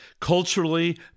culturally